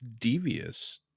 Devious